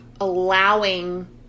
allowing